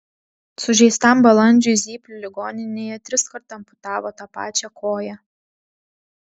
sužeistam balandžiui zyplių ligoninėje triskart amputavo tą pačią koją